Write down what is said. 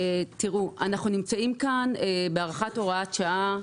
אנחנו נמצאים כאן בהארכת הוראת שעה.